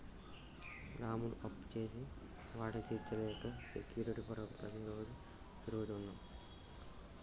రాములు అప్పుచేసి వాటిని తీర్చలేక సెక్యూరిటీ కొరకు ప్రతిరోజు తిరుగుతుండు